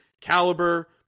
caliber